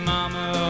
Mama